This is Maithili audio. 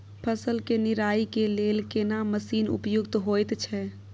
फसल के निराई के लेल केना मसीन उपयुक्त होयत छै?